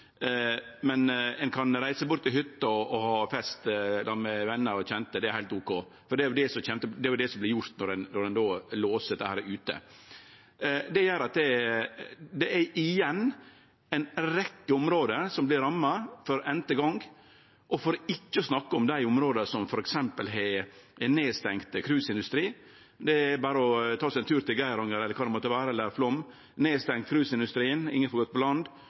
men ein kan reise bort til hytta og ha fest i lag med venar og kjente, det er heilt ok? Det er jo det som vert gjort når ein låser dette ute. Det gjer at det igjen er ei rekkje område som vert ramma, for n’te gongen – for ikkje å snakke om dei områda som f.eks. er stengde ned, som cruiseindustrien. Det er berre å ta seg ein tur til Geiranger eller Flåm eller kvar det måtte vere. Cruiseindustrien er stengd ned, ingen får gått på land,